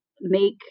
make